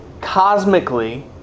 cosmically